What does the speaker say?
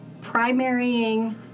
primarying